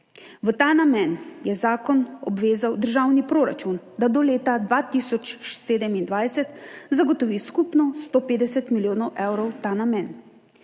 V ta namen je zakon obvezal državni proračun, da do leta 2027 zagotovi skupno 150 milijonov evrov v ta namen.